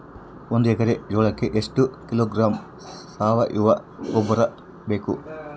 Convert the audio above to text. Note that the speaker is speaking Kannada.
ಒಂದು ಎಕ್ಕರೆ ಜೋಳಕ್ಕೆ ಎಷ್ಟು ಕಿಲೋಗ್ರಾಂ ಸಾವಯುವ ಗೊಬ್ಬರ ಬೇಕು?